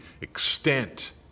extent